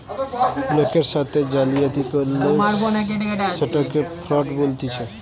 লোকের সাথে জালিয়াতি করলে সেটকে ফ্রড বলতিছে